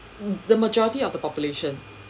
mm the majority of the population